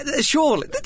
Surely